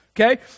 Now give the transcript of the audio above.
Okay